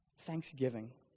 thanksgiving